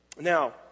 Now